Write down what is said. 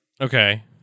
Okay